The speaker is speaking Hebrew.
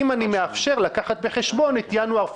אם אני מאפשר לקחת בחשבון את ינואר,